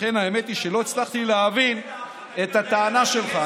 לכן, האמת היא שלא הצלחתי להבין את הטענה שלך.